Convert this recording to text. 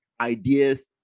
ideas